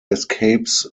escapes